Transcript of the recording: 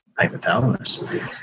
hypothalamus